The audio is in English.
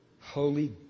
Holy